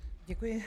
Děkuji.